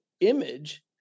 Image